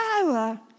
power